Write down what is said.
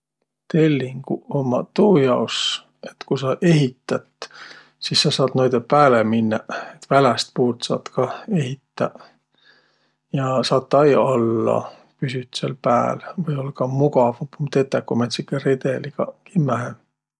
Tellinguq ummaq tuujaos, et ku sa ehität, sis sa saat noidõ pääle minnäq, et välästpuult saat kah ehitäq ja sata-i alla, püsüt sääl pääl. Või-ollaq ka mugavamb um tetäq, ku määntsegi redeligaq kimmähe.